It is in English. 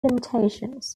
limitations